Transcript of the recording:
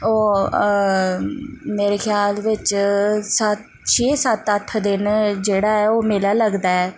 ओह् मेरे ख्याल बिच्च सत छे सत्त अट्ठ दिन जेह्ड़ा ऐ ओह् मेला लगदा ऐ